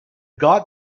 got